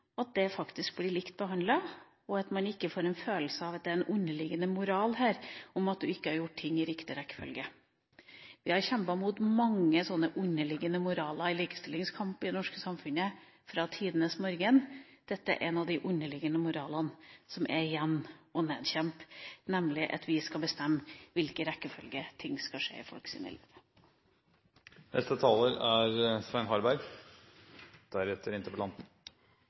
at det faktisk blir lik behandling, og at man ikke får en følelse av at det er en underliggende moral om at man ikke har gjort tingene i riktig rekkefølge. Vi har kjempet mot mange slike underliggende moraler i likestillingskampen i det norske samfunnet fra tidenes morgen. Dette er en av de underliggende moralene som er igjen å nedkjempe, nemlig at vi skal bestemme i hvilken rekkefølge ting skal skje i